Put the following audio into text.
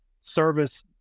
service